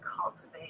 cultivate